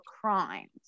crimes